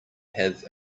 have